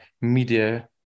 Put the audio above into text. Media